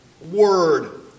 word